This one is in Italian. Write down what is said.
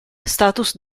status